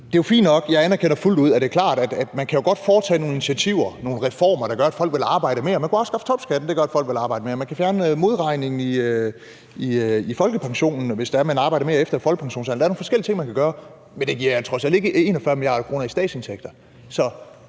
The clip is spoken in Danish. det er klart, at man godt kan tage nogle initiativer, foretage nogle reformer, der gør, at folk vil arbejde mere. Man kan også afskaffe topskatten; det vil gøre, at folk vil arbejde mere. Man kan fjerne modregningen i folkepensionen, hvis man arbejder mere efter folkepensionsalderen. Der er nogle forskellige ting, man kan gøre. Men det giver trods alt ikke 41 mia. kr. i statsindtægter.